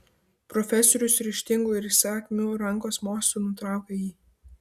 profesorius ryžtingu ir įsakmiu rankos mostu nutraukė jį